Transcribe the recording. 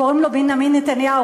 קוראים לו בנימין נתניהו,